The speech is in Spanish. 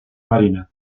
marina